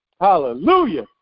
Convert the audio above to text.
Hallelujah